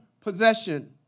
possession